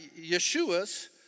Yeshua's